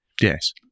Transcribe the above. Yes